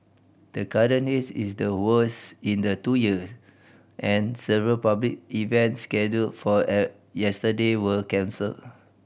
the current haze is the worst in the two year and several public events scheduled for yesterday were cancelled